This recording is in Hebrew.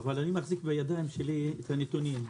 אבל אני מחזיק בידיים שלי את הנתונים.